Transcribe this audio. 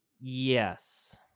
Yes